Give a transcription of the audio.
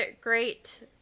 great